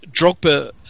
Drogba